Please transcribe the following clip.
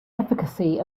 efficacy